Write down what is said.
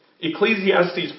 Ecclesiastes